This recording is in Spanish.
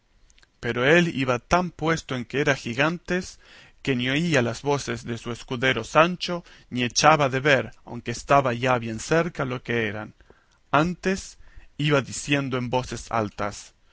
pero él iba tan puesto en que eran gigantes que ni oía las voces de su escudero sancho ni echaba de ver aunque estaba ya bien cerca lo que eran antes iba diciendo en voces altas